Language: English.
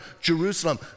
Jerusalem